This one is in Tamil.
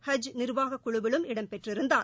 ஹஜ் நிர்வாகக் குழுவிலும் இடம் பெற்றிருந்தார்